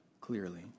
clearly